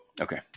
okay